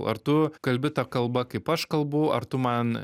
ar tu kalbi ta kalba kaip aš kalbu ar tu man